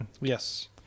yes